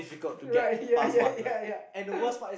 right ya ya ya ya